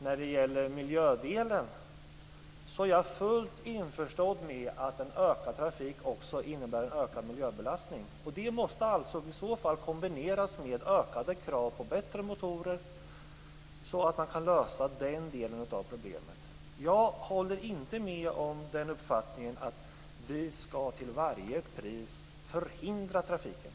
När det gäller miljödelen är jag fullt införstådd med att en ökad trafik också innebär en ökad miljöbelastning. Det måste i så fall kombineras med ökade krav på bättre motorer så att man kan lösa den delen av problemet. Jag håller inte med om att vi till varje pris skall förhindra trafiken.